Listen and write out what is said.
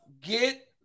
get